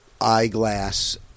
eyeglass